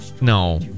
No